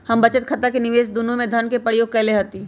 हम बचत आ निवेश दुन्नों में धन के प्रयोग कयले हती